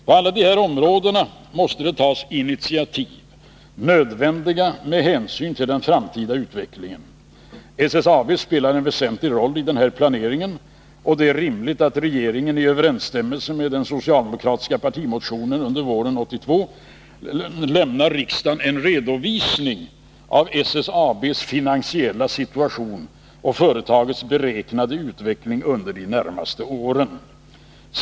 På alla dessa områden behöver man ta initiativ, nödvändiga med hänsyn till den framtida utvecklingen. SSAB spelar en väsentlig roll i den planeringen, och det är rimligt att regeringen i överensstämmelse med den socialdemokratiska pertimotionen under våren 1982 lämnar riksdagen en redovisning av SSAB:s finansiella situation och företagets beräknade utveckling under de närmaste åren.